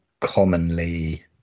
commonly